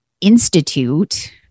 institute